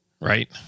Right